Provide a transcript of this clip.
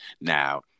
Now